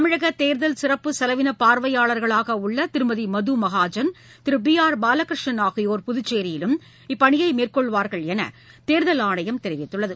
தமிழக தேர்தல் சிறப்பு செலவின பார்வையாளா்களாக உள்ள திருமதி மது மகாஜன் திரு பி ஆர் பாலகிருஷ்ணன் ஆகியோர் புதுச்சோயிலும் இப்பணியை மேற்கொள்வார்கள் என்று தேர்தல் ஆணையம் தெரிவித்துள்ளது